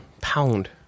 Pound